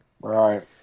Right